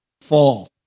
fall